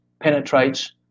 penetrates